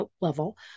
level